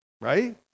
right